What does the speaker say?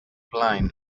blind